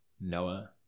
Noah